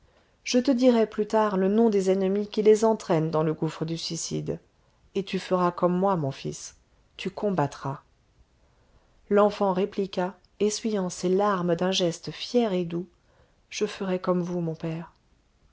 je te dirai plus tard le nom des ennemis qui les entraînent dans le gouffre du suicide et tu feras comme moi mon fils tu combattras l'enfant répliqua essuyant ses larmes d'un geste fier et doux je ferai comme vous mon père